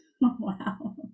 Wow